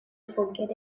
forget